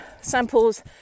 samples